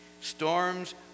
Storms